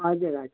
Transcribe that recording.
हजुर हजुर